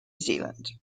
zealand